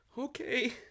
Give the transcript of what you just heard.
Okay